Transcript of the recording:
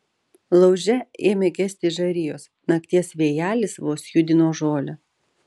lauže ėmė gesti žarijos nakties vėjelis vos judino žolę